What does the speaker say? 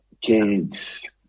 kids